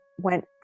went